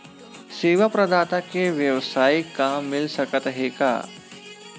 सेवा प्रदाता के वेवसायिक काम मिल सकत हे का?